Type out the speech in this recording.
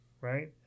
Right